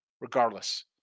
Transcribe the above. regardless